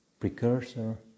Precursor